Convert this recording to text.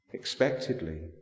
expectedly